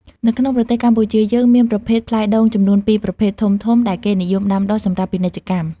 នៅក្នុងប្រទេសកម្ពុជាយើងមានប្រភេទផ្លែដូងចំនួន ២ ប្រភេទ ធំៗដែលគេនិយមដាំដុះសម្រាប់ពាណិជ្ជកម្ម